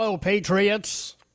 Patriots